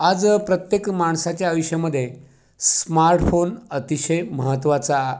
आज प्रत्येक माणसाच्या आयुष्यामध्ये स्मार्टफोन अतिशय महत्वाचा